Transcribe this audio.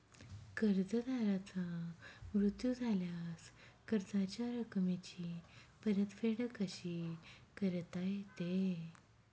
कर्जदाराचा मृत्यू झाल्यास कर्जाच्या रकमेची परतफेड कशी करता येते?